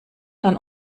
dann